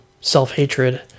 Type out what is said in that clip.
self-hatred